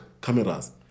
cameras